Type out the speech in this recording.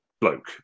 bloke